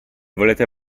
volete